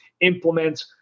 implement